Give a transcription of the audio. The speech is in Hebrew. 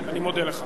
אני מודה לך.